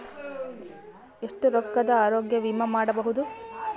ಎಷ್ಟ ರೊಕ್ಕದ ಆರೋಗ್ಯ ವಿಮಾ ಮಾಡಬಹುದು?